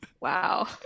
Wow